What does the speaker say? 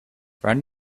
find